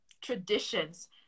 traditions